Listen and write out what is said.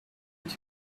took